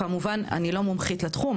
אני לא מומחית לתחום,